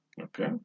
okay